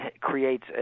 creates